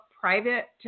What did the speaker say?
private